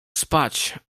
spać